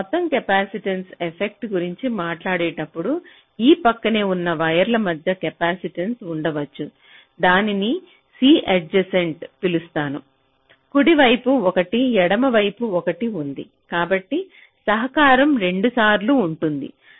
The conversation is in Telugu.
నేను మొత్తం కెపాసిటివ్ ఎఫెక్ట్ గురించి మాట్లాడేటప్పుడు ఈ ప్రక్కనే ఉన్న వైర్ల మధ్య కెపాసిటెన్స ఉండవచ్చు దానిని C అడ్జసెన్ట్ పిలుస్తాను కుడి వైపున ఒకటి ఎడమవైపు ఒకటి ఉంది కాబట్టి సహకారం రెండుసార్లు ఉంటుంది